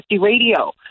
Radio